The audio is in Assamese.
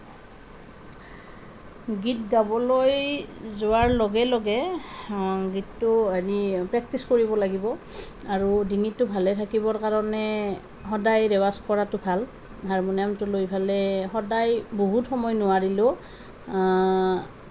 গীত গাবলৈ যোৱাৰ লগে লগে গীতটো এনেই প্ৰেক্টিচ কৰিব লাগিব আৰু ডিঙিটো ভালে থাকিবৰ কাৰণে সদায় ৰেৱাজ কৰাটো ভাল হাৰমণিয়ামটো লৈ পেলাই সদায় বহুত সময় নোৱাৰিলেও